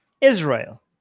Israel